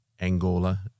Angola